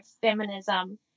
feminism